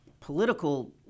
political